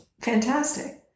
fantastic